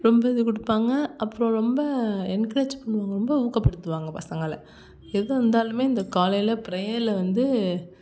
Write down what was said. ரொம்ப இது கொடுப்பாங்க அப்புறம் ரொம்ப என்கிரேஜ் பண்ணுவாங்க ரொம்ப ஊக்கப்படுத்துவாங்க பசங்களை எது வந்தாலுமே இந்த காலையில் ப்ரேயரில் வந்து